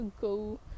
go